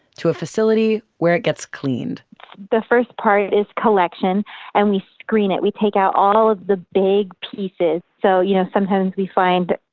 to a facility where it gets cleaned the first part is collection and we screen it. we take out all the big pieces. so you know sometimes we find